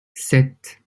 sept